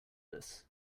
this